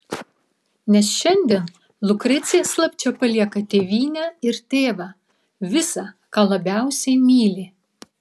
nes šiandien lukrecija slapčia palieka tėvynę ir tėvą visa ką labiausiai myli